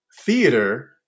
theater